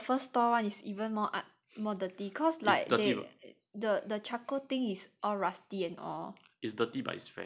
but I remember the first stall one is even more more dirty cause like they the the charcoal thing is all rusty and all